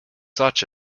such